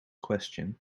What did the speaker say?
question